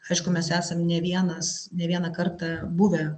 aišku mes esam ne vienas ne vieną kartą buvę